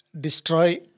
destroy